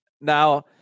Now